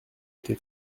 été